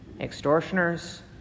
extortioners